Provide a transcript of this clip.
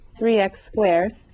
3x-squared